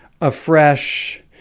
afresh